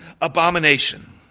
abomination